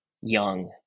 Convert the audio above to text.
young